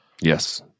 Yes